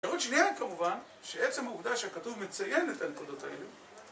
טעות שנייה, כמובן, שעצם העובדה שכתוב מציינת את הנקודות האלו